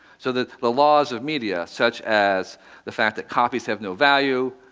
so that the laws of media, such as the fact that copies have no value,